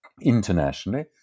Internationally